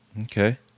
Okay